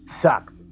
sucked